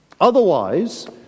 Otherwise